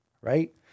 right